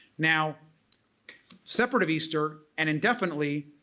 now separate of easter and indefinitely,